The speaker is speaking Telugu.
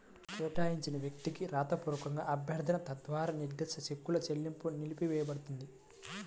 కేటాయించిన వ్యక్తికి రాతపూర్వక అభ్యర్థన తర్వాత నిర్దిష్ట చెక్కుల చెల్లింపు నిలిపివేయపడుతుంది